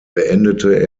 beendete